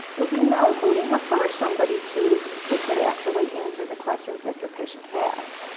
would you know who to refer somebody to who could actually answer the questions that your patient has?